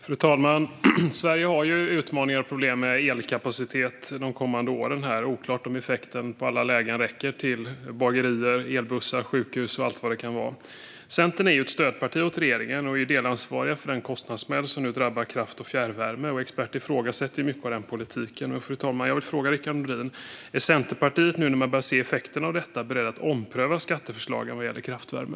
Fru talman! Sverige har ju utmaningar och problem med elkapacitet de kommande åren. Det är oklart om effekten i alla lägen räcker till bagerier, elbussar, sjukhus och allt vad det kan vara. Centern är ju ett stödparti åt regeringen och är delansvarigt för den kostnadssmäll som nu drabbar kraft och fjärrvärme. Experter ifrågasätter mycket av den politiken. Jag vill fråga Rickard Nordin: Är Centerpartiet, nu när man börjar se effekten av detta, berett att ompröva skatteförslagen vad gäller kraftvärme?